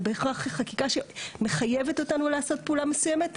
על בהכרח חקיקה שמחייבת אותנו לעשות פעולה מסוימת,